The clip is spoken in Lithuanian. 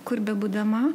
kur bebūdama